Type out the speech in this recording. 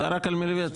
הייתה רק על מלביצקי.